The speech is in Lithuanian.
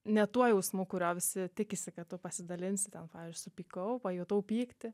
ne tuo jausmu kurio visi tikisi kad tu pasidalinsi ten pavyzdžiui supykau pajutau pyktį